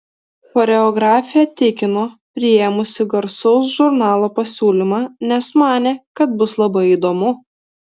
choreografė tikino priėmusi garsaus žurnalo pasiūlymą nes manė kad bus labai įdomu